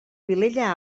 vilella